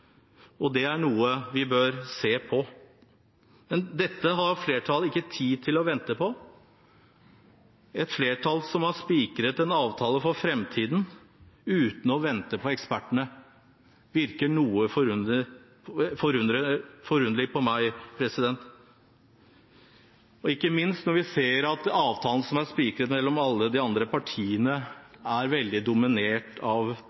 og det er noe vi bør se på. Dette har flertallet ikke tid til å vente på, et flertall som har spikret en avtale for framtiden uten å vente på ekspertene. Det virker noe forunderlig på meg, ikke minst når vi ser at avtalen som er spikret mellom alle de andre partiene, er veldig dominert av